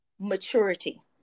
maturity